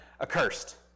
accursed